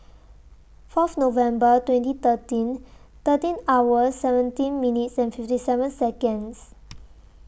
Fourth November twenty thirteen thirteen hours seventeen minutes and fifty seven Seconds